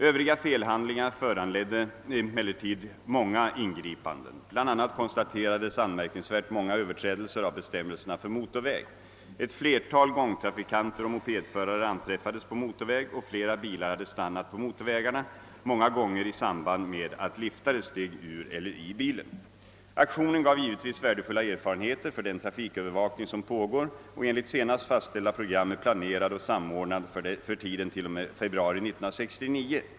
Övriga felhandlingar föranledde emellertid många ingripanden. Bl. a. konstaterades anmärkningsvärt många överträdelser av bestämmelserna för motorväg. Ett flertal gångtrafikanter och mopedförare anträffades på motorväg, och flera bilar hade stannat på motorvägarna, många gånger i samband med att liftare steg ur eller i bilen. Aktionen gav givetvis värdefulla erfarenheter för den trafikövervakning som pågår och enligt senast fastställda program är planerad och samordnad för tiden t.o.m. februari 1969.